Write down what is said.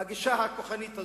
ואת הגישה הכוחנית הזו.